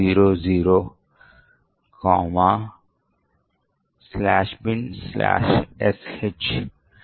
తరువాతి నాలుగు బైట్లు రిటర్న్ చిరునామాను భర్తీ చేస్తాయి కాబట్టి little Indian format లో system ఫంక్షన్ యొక్క చిరునామాను F7E42940గా ఉంచుతుంది